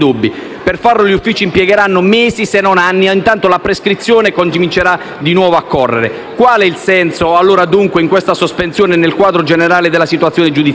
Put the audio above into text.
Per farlo gli uffici impiegheranno mesi, se non anni, e intanto la prescrizione comincerà di nuovo a correre. Quale è il senso, dunque, di questa sospensione, nel quadro generale della situazione giudiziaria?